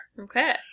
Okay